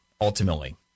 ultimately